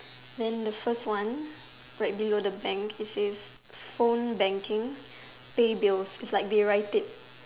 then the first one right below the bank it says phone banking pay bills it's like they write it